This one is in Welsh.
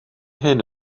hyn